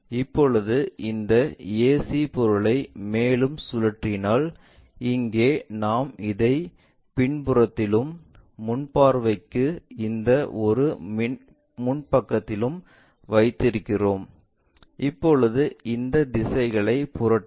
இப்போது இந்த ac பொருளை மேலும் சுழற்றினால் இங்கே நாம் இதை பின்புறத்திலும் முன் பார்வைக்கு இந்த ஒரு முன் பக்கத்திலும் வைத்திருக்கிறோம் இப்போது இந்த திசைகளை புரட்டவும்